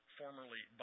formerly